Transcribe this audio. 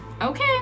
Okay